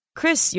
Chris